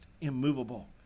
immovable